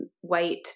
white